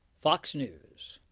fox news.